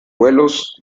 vuelos